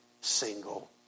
single